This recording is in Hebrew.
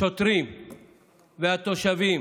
השוטרים והתושבים